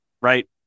right